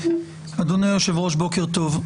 אדוני היושב ראש, בוקר טוב.